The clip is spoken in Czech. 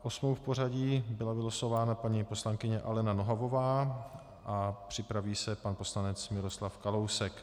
Osmou v pořadí byla vylosována paní poslankyně Alena Nohavová a připraví se pan poslanec Miroslav Kalousek.